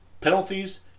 penalties